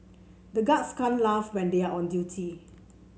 the guards can't laugh when they are on duty